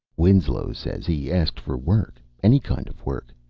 winslow says he asked for work, any kind of work.